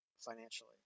financially